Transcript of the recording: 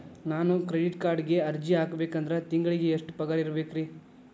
ನಾನು ಕ್ರೆಡಿಟ್ ಕಾರ್ಡ್ಗೆ ಅರ್ಜಿ ಹಾಕ್ಬೇಕಂದ್ರ ತಿಂಗಳಿಗೆ ಎಷ್ಟ ಪಗಾರ್ ಇರ್ಬೆಕ್ರಿ?